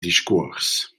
discuors